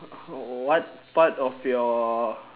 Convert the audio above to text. what part of your